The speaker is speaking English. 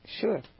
Sure